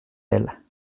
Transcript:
elle